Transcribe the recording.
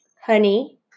Honey